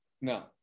No